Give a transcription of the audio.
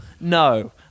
no